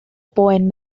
boen